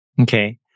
Okay